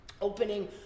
opening